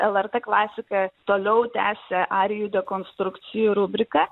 lrt klasika toliau tęsia arijų dekonstrukcijų rubriką